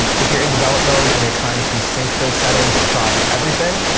and if you're in develop mode and you're trying to sync those settings across everything,